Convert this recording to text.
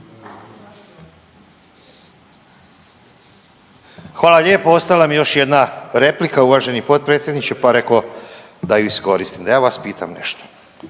Hvala lijepa, ostala mi još jedna replika uvaženi potpredsjedniče pa reko da ju iskoristim, da ja vas pitam nešto,